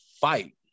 fight